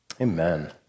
Amen